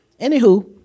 Anywho